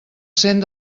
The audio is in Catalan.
cent